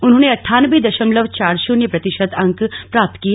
उन्होंने अठानब्बे दशमलव चार शृन्य प्रतिशत अंक प्राप्त किए